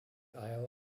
isle